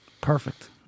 Perfect